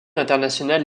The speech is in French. internationale